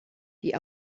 die